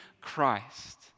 Christ